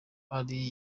ari